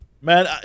Man